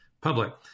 public